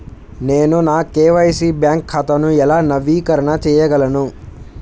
నేను నా KYC bank ఖాతాను ఎలా నవీకరణ చేయగలను?